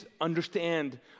understand